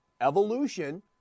evolution